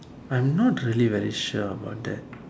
I'm not really very sure about that